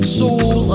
soul